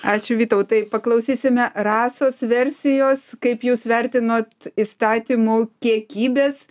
ačiū vytautai paklausysime rasos versijos kaip jūs vertinot įstatymų kiekybės